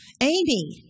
Amy